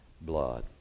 blood